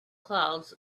clouds